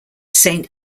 saint